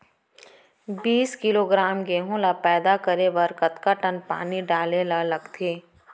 बीस किलोग्राम गेहूँ ल पैदा करे बर कतका टन पानी डाले ल लगथे?